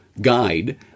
guide